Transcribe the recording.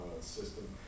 system